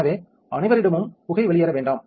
எனவே அனைவரிடமும் புகை வெளியேற வேண்டாம்